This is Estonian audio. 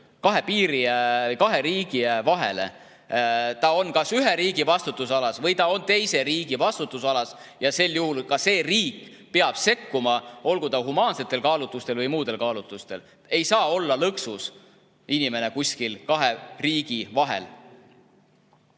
kahe riigi vahele. Ta on kas ühe riigi vastutusalas või teise riigi vastutusalas. Ja riik peab sekkuma, olgu humaansetel kaalutlustel või muudel kaalutlustel. Inimene ei saa olla lõksus kuskil kahe riigi vahel.